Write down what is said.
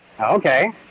Okay